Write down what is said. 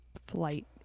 flight